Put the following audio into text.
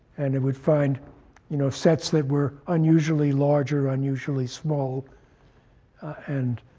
and it would find you know sets that were unusually large or unusually small and